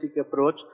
approach